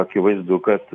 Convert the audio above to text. akivaizdu kad